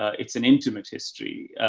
it's an intimate history.